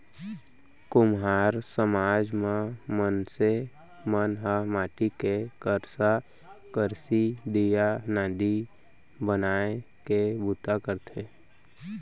कुम्हार समाज म मनसे मन ह माटी के करसा, करसी, दीया, नांदी बनाए के बूता करथे